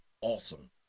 awesome